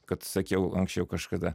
kad sakiau anksčiau kažkada